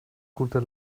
guter